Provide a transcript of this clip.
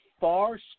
far